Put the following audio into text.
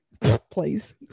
Please